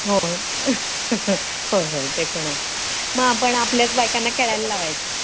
होय होय होय ते पण आहे मग आपण आपल्याच बायकांना खेळायला लावायचं